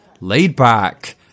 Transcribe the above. laid-back